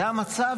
זה המצב,